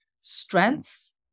strengths